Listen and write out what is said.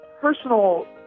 personal